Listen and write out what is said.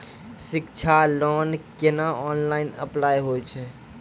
शिक्षा लोन केना online apply होय छै?